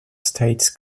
states